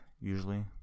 usually